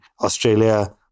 Australia